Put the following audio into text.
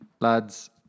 Lads